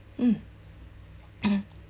mm